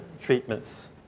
treatments